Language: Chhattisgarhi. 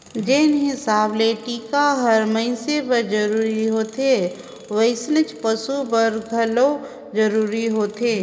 जेन हिसाब ले टिका हर मइनसे बर जरूरी होथे वइसनेच पसु बर घलो जरूरी होथे